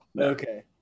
Okay